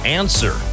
answer